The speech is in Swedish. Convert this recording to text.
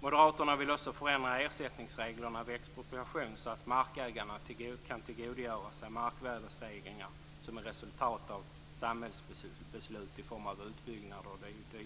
Moderaterna vill också förändra ersättningsreglerna vid expropriation så att markägarna kan tillgodogöra sig markvärdestegringar som är resultat av samhällsbeslut i form av utbyggnader o.d.